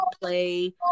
play